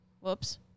Whoops